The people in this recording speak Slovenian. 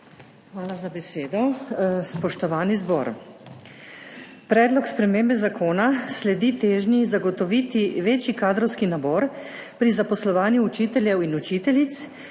Hvala za besedo. Spoštovani zbor! Predlog spremembe zakona sledi težnji zagotoviti večji kadrovski nabor pri zaposlovanju učiteljev in učiteljic